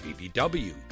BBW